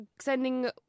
sending